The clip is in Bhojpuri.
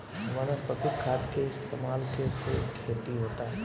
वनस्पतिक खाद के इस्तमाल के से खेती होता